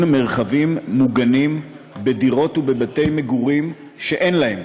מרחבים מוגנים בדירות ובבתי מגורים שאין להם,